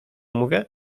mówię